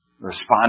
respond